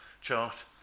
chart